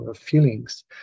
feelings